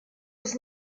was